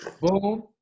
Boom